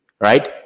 right